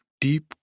deep